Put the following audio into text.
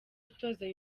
utoza